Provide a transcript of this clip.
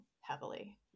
heavily